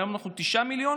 היום אנחנו 9 מיליונים,